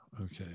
Okay